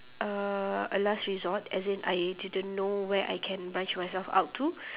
uh a last resort as in I didn't know where I can branch myself out to